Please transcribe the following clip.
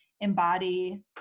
embody